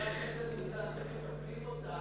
חבר הכנסת ניצן, אם מקפלים אותה